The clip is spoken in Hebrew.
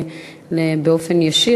באופן ישיר,